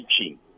teaching